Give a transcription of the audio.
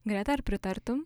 greta ar pritartum